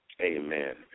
Amen